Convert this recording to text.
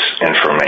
information